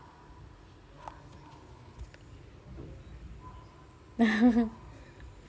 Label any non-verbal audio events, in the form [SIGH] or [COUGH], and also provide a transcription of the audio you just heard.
[LAUGHS]